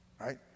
right